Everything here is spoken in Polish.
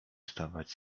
stawać